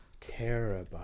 terabyte